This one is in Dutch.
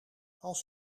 als